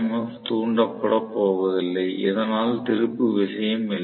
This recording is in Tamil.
எஃப் தூண்டப்பட போவதில்லை இதனால் திருப்பு விசையும் இல்லை